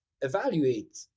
evaluate